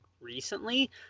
recently